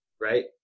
right